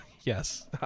Yes